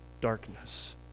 darkness